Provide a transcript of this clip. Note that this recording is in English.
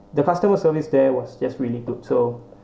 the customer service there was just really good so